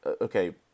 Okay